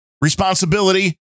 responsibility